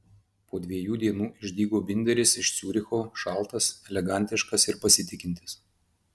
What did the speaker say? po dviejų dienų išdygo binderis iš ciuricho šaltas elegantiškas ir pasitikintis